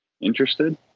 interested